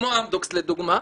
כמו אמדוקס לדוגמה,